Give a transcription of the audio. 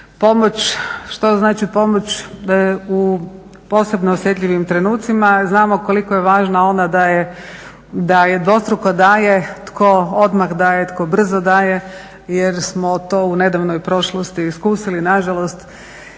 pomoć, što znači pomoć u posebno osjetljivim trenucima, znamo koliko je važna ona da je dvostruko daje tko odmah daje, tko brzo daje jer smo to u nedavnoj prošlosti iskusili. Nažalost,